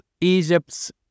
Egypt's